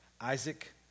Isaac